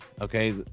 Okay